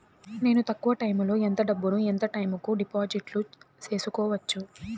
నేను తక్కువ టైములో ఎంత డబ్బును ఎంత టైము కు డిపాజిట్లు సేసుకోవచ్చు?